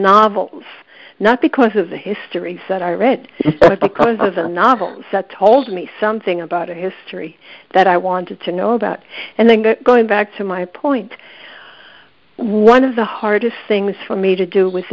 novel not because of the history that i read because of the novel set told me something about history that i wanted to know about and then going back to my point one of the hardest things for me to do with